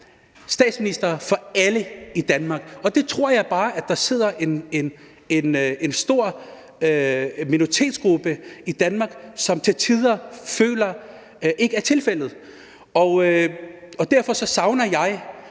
statsminister for alle i Danmark, og det tror jeg bare der sidder en stor minoritetsgruppe i Danmark som til tider føler ikke er tilfældet. Derfor savner jeg,